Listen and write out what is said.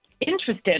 interested